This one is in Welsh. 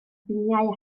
biniau